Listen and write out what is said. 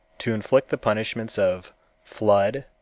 to inflict the punishments of flood,